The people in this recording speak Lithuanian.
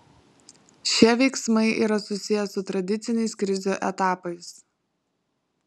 šie veiksmai yra susiję su tradiciniais krizių etapais